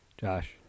Josh